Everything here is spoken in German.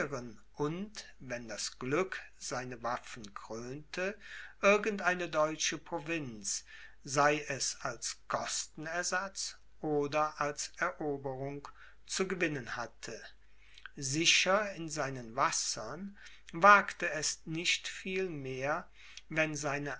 und wenn das glück seine waffen krönte irgend eine deutsche provinz sei es als kostenersatz oder als eroberung zu gewinnen hatte sicher in seinen wassern wagte es nicht viel mehr wenn seine